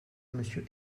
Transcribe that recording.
monsieur